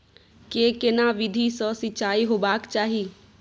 के केना विधी सॅ सिंचाई होबाक चाही?